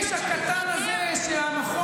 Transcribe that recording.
תתנצל,